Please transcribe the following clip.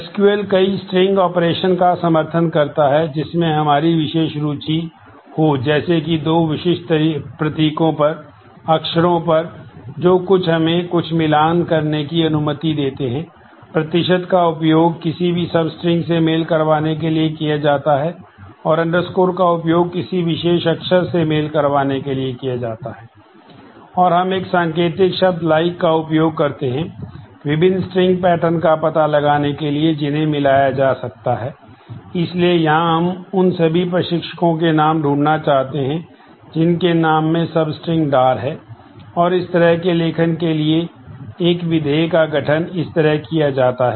SQL कई string डार है और इस तरह के लेखन के लिए एक विधेय का गठन इस तरह किया जाता है